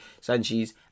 Sanchez